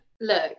Look